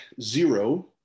zero